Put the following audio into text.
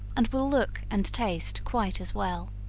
and will look and taste quite as well.